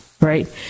right